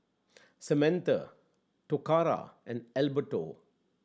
Samantha Toccara and Alberto